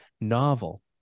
novel